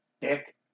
Dick